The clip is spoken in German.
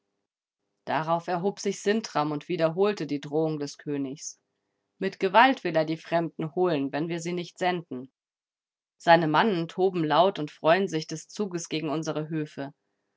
darauf erhob sich sintram und wiederholte die drohung des königs mit gewalt will er die fremden holen wenn wir sie nicht senden seine mannen toben laut und freuen sich des zuges gegen unsere höfe